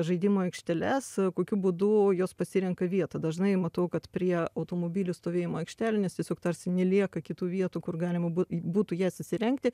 žaidimo aikšteles kokiu būdu jos pasirenka vietą dažnai matau kad prie automobilių stovėjimo aikštelių nes tiesiog tarsi nelieka kitų vietų kur galima bū būtų jas įsirengti